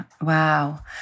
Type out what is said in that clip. wow